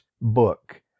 book